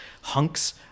hunks